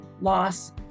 loss